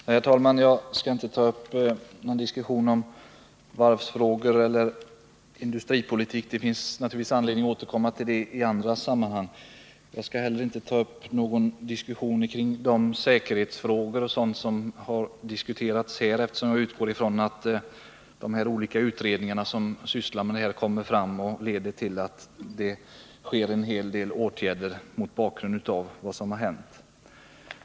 Herr talman! Jag skall inte ta upp någon diskussion om varvsfrågor eller industripolitik; det finns naturligtvis anledning att återkomma till dem i andra sammanhang. Inte heller skall jag beröra de säkerhetsfrågor osv. som har diskuterats här, eftersom jag utgår från att de olika utredningarna skall leda till en hel del åtgärder mot bakgrund av vad som hänt.